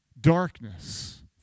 darkness